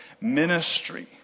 ministry